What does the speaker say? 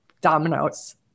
dominoes